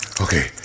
Okay